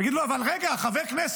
הוא יגיד: לא, אבל רגע, חבר כנסת,